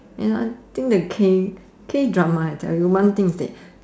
and you know I think the K K drama I tell you one thing is that